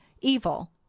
evil